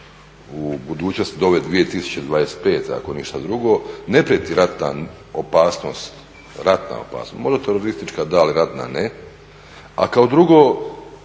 u budućnosti do ove 2025. ako ništa drugo, ne prijeti ratna opasnost, možda teroristička da, ali ratna ne. A kao drugo,